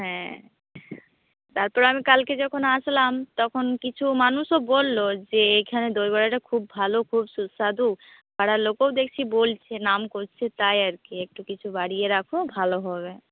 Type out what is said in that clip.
হ্যাঁ তারপরে আমি কালকে যখন আসলাম তখন কিছু মানুষও বললো যে এখানে দইবড়াটা খুব ভালো খুব সুস্বাদু পাড়ার লোকেও দেখছি বলছে নাম করছে তাই আর কি একটু কিছু বাড়িয়ে রাখো ভালো হবে